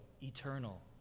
eternal